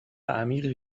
عمیقی